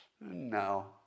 No